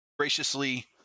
Graciously